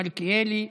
מיכאל מלכיאלי,